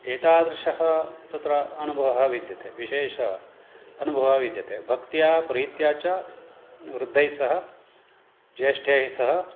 एतादृशः तत्र अनुभवः विद्यते विशेष अनुभवः विद्यते भक्त्या प्रीत्या च वृद्धैः सह ज्यैष्ठैः सह